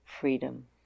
freedom